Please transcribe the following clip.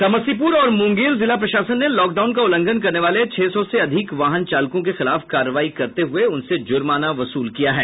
समस्तीपुर और मुंगेर जिला प्रशासन ने लॉकडाउन का उल्लंघन करने वाले छह सौ से अधिक वाहन चालकों के खिलाफ कार्रवाई करते हुए उनसे जुर्माना वसूल किया है